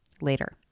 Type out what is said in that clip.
later